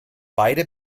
beide